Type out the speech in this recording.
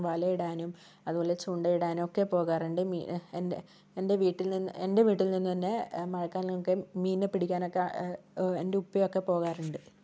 വലയിടാനും അതുപോലെ ചൂണ്ടയിടാനൊക്കെ പോകാറുണ്ട് മീ എൻ്റെ എൻ്റെ വീട്ടിൽ നിന്ന് എൻ്റെ വീട്ടിൽ നിന്ന് തന്നെ മഴക്കാലൊക്കെ മീനെ പിടിക്കാനൊക്കെ ഉപ്പയൊക്കെ പോകാറുണ്ട്